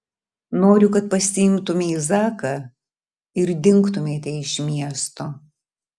noriu kad pasiimtumei zaką ir dingtumėte iš miesto